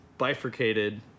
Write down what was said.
Bifurcated